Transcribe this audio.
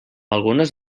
algunes